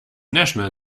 national